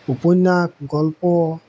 উপন্যাস গল্প